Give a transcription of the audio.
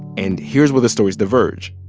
and here's where the stories diverge.